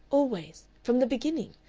always. from the beginning.